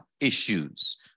issues